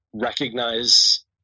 recognize